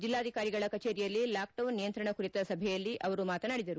ಜಿಲ್ಲಾಧಿಕಾರಿಗಳ ಕಚೇರಿಯಲ್ಲಿ ಲಾಕ್ಡೌನ್ ನಿಯಂತ್ರಣ ಕುರಿತ ಸಭೆಯಲ್ಲಿ ಅವರು ಮಾತನಾಡಿದರು